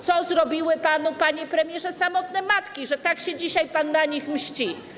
Co zrobiły panu, panie premierze, samotne matki, że tak się dzisiaj pan na nich mści?